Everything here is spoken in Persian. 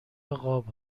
قاب